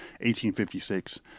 1856